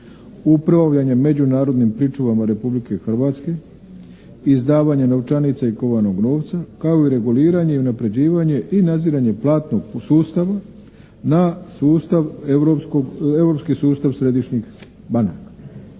upravljanje međunarodnim pričuvama Republike Hrvatske, izdavanje novčanica i kovanog novca, kao i reguliranje i unapređivanje i nadziranje platnog sustava na sustav, europski sustav središnjih banaka.